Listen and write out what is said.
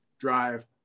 drive